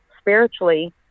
spiritually